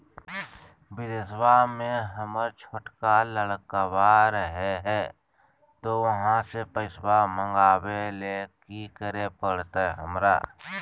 बिदेशवा में हमर छोटका लडकवा रहे हय तो वहाँ से पैसा मगाबे ले कि करे परते हमरा?